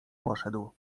poszedł